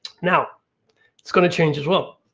now it's gonna change as well.